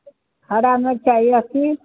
हरा मेरचाई लहसुन